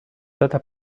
data